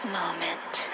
moment